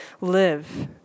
live